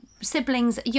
siblings